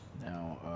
Now